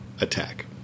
attack